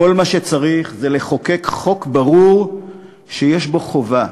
כל מה שצריך זה לחוקק חוק ברור שיש בו חובה,